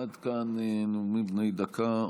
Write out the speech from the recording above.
עד כאן נאומים בני דקה.